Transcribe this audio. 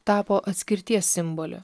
tapo atskirties simboliu